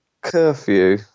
curfew